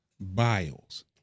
Biles